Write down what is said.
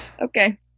Okay